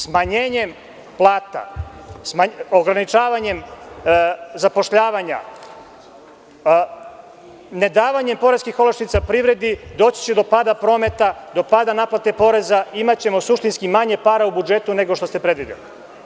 Smanjenjem plata, ograničavanjem zapošljavanja, nedavanjem poreskih olakšica privredi doći će do pada prometa, do pada naplate poreza imaćemo suštinski manje para u budžetu nego što ste predvideli.